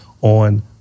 on